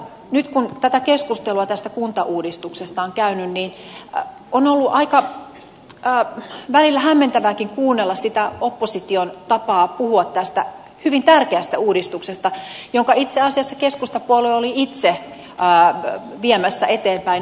nyt kun tätä keskustelua kuntauudistuksesta on käynyt niin on ollut välillä aika hämmentävääkin kuunnella sitä opposition tapaa puhua tästä hyvin tärkeästä uudistuksesta jota itse asiassa keskustapuolue oli itse viemässä eteenpäin aikoinaan